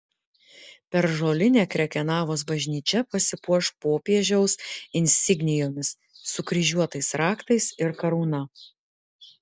per žolinę krekenavos bažnyčia pasipuoš popiežiaus insignijomis sukryžiuotais raktais ir karūna